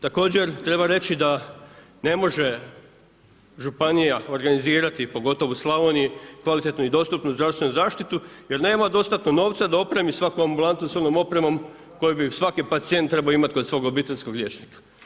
Također treba reći da ne može županija organizirati, pogotovo u Slavoniji kvalitetnu i dostupnu zdravstvenu zaštitu jer nema dostatno novca da opremi svaku ambulantu s onom opremom koju bi svaki pacijent trebao imati kod svog obiteljskog liječnika.